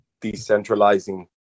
decentralizing